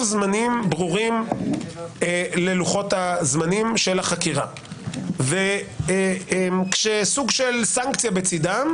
זמנים ברורים ללוחות הזמנים של החקירה כשסוג של סנקציה בצדם,